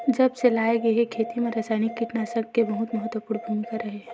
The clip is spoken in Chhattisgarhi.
जब से लाए गए हे, खेती मा रासायनिक कीटनाशक के बहुत महत्वपूर्ण भूमिका रहे हे